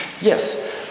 Yes